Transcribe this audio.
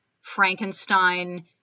Frankenstein